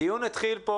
הדיון התחיל,